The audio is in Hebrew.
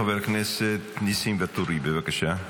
חבר הכנסת ניסים ואטורי, בבקשה.